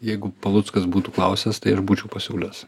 jeigu paluckas būtų klausęs tai aš būčiau pasiūlęs